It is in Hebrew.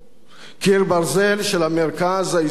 קיר ברזל של המרכז הישראלי,